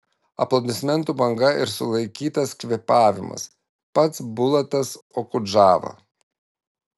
aplodismentų banga ir sulaikytas kvėpavimas pats bulatas okudžava